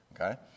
okay